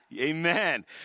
Amen